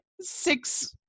six